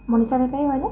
মনিচা বেকাৰী হয়নে